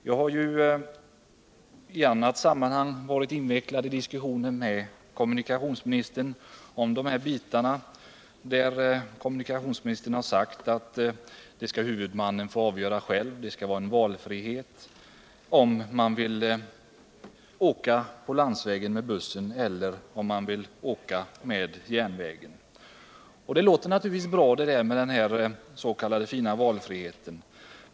Jag har i annat sammanhang varit invecklad i diskussioner med kommunikationsministern om detta. Kommunikationsministern har då sagt att huvudmannen själv skall avgöra detta. Det skall föreligga valfrihet mellan att åka på landsväg med buss och att åka med järnväg. Det där med den fina s.k. valfriheten låter naturligtvis bra.